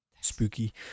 spooky